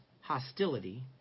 hostility